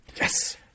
Yes